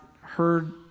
heard